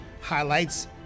highlights